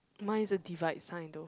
mine is a divide sign though